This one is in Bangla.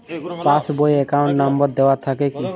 পাস বই এ অ্যাকাউন্ট নম্বর দেওয়া থাকে কি?